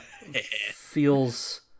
feels